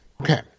okay